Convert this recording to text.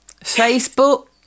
Facebook